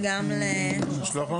והספורט.